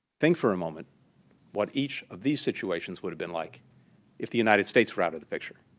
think for a moment what each of these situations would've been like if the united states were out of the picture.